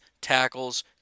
tackles